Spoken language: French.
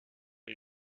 est